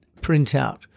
printout